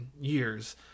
years